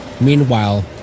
Meanwhile